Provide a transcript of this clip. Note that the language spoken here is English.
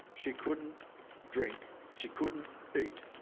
she couldn't drink, she couldn't eat,